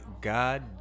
God